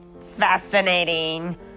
Fascinating